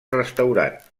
restaurat